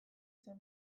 zen